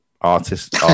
artist